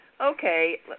okay